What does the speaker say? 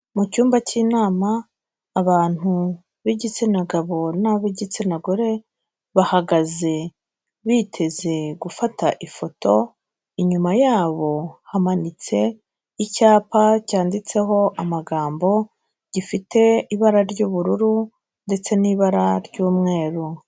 Mu cyumba cy'inama, abantu b'igitsina gabo n'ab'igitsina gore, bahagaze biteze gufata ifoto, inyuma yabo hamanitse icyapa cyanditseho amagambo, gifite ibara ry'ubururu ndetse n'ibara ry'umweru.